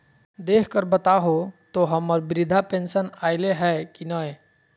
देख कर बताहो तो, हम्मर बृद्धा पेंसन आयले है की नय?